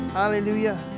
hallelujah